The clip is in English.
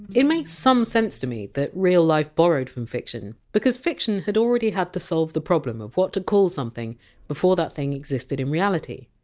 it makes some sense to me that real life borrowed from fiction because fiction had already had to solve the problem of what to call something before that thing existed in reality.